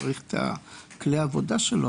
והוא צריך את כלי העבודה שלו,